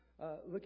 Look